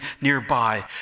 nearby